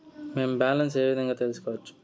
మేము బ్యాలెన్స్ ఏ విధంగా తెలుసుకోవచ్చు?